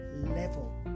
level